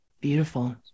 Beautiful